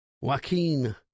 Joaquin